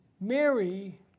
Mary